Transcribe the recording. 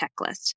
checklist